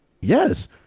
yes